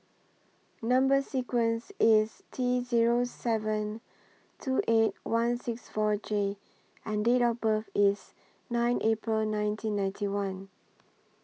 Number sequence IS T Zero seven two eight one six four J and Date of birth IS nine April nineteen ninety one